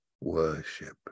worship